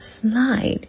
slide